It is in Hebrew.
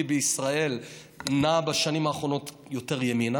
בישראל נע בשנים האחרונות יותר ימינה,